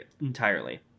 entirely